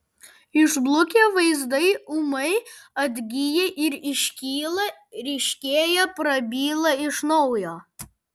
išblukę vaizdai ūmai atgyja ir iškyla ryškėja prabyla iš naujo